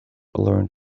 learned